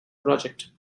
project